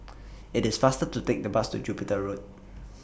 IT IS faster to Take The Bus to Jupiter Road